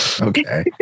Okay